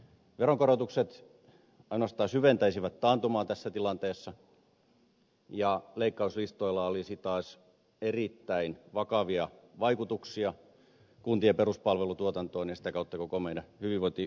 veronkorotukset ainoastaan syventäisivät taantumaa tässä tilanteessa ja leikkauslistoilla olisi taas erittäin vakavia vaikutuksia kuntien peruspalvelutuotantoon ja sitä kautta koko meidän hyvinvointiyhteiskuntamme rakenteisiin